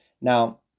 Now